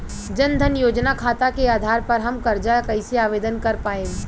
जन धन योजना खाता के आधार पर हम कर्जा कईसे आवेदन कर पाएम?